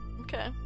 okay